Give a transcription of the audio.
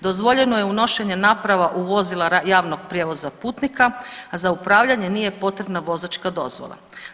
Dozvoljeno je unošenje naprava u vozila javnog prijevoza putnika a za upravljanje nije potrebna vozačka dozvola.